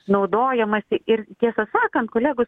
naudojamasi ir tiesą sakant kolegos